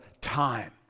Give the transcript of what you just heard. time